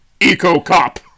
Eco-cop